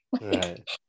right